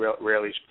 rarely